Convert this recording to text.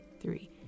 three